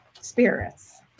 spirits